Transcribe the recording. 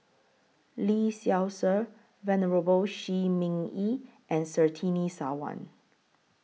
Lee Seow Ser Venerable Shi Ming Yi and Surtini Sarwan